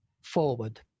forward